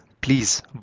please